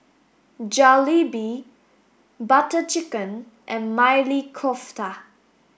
Jalebi Butter Chicken and Maili Kofta